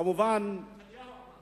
כמובן, נתניהו אמר.